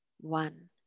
one